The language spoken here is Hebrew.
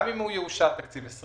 גם אם יאושר תקציב 2020